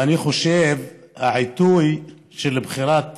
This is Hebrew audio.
ואני חושב שהעיתוי של בחירת